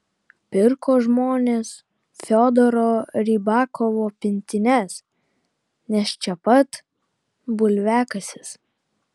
pirko žmonės fiodoro rybakovo pintines nes čia pat bulviakasis